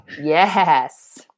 Yes